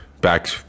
back